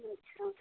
अच्छा